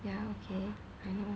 ya okay